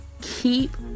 Keep